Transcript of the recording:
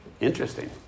Interesting